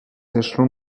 échelons